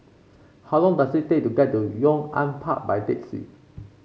how long does it take to get to Yong An Park by taxi